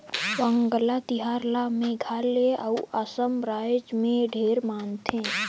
वांगला तिहार ल मेघालय अउ असम रायज मे ढेरे मनाथे